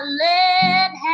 let